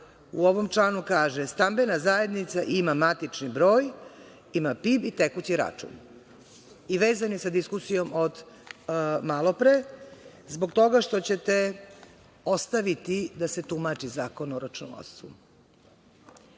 u ovom članu kaže – stambena zajednica ima matični broj, ima PIB i tekući račun i vezan je sa diskusijom od malopre zbog toga što ćete ostaviti da se tumači Zakon o